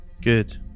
Good